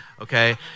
okay